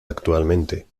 actualmente